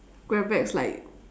grab bag is like